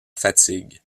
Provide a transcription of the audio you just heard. fatigue